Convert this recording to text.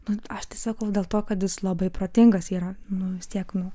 nu aš tiesiog dėl to kad jis labai protingas yra nu vis tiek nu